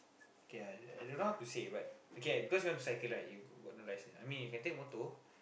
k ah I I don't know how to say but okay cause you want to cycle right but you got no license I mean you can take motor